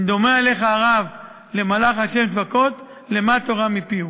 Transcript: אם דומה עליך הרב למלאך ה' צבקות, למד תורה מפיהו.